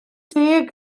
deg